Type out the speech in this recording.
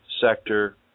sector